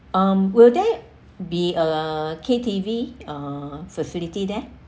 um will there be a K_T_V uh facility there